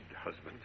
husband